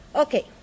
Okay